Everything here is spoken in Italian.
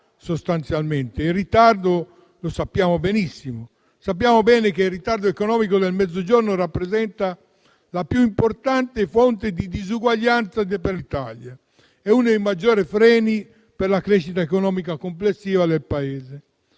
il ritardo economico del Mezzogiorno rappresenta la più importante fonte di disuguaglianza per l'Italia e uno dei maggiori freni per la crescita economica complessiva del Paese.